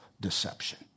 deception